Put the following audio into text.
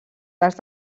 les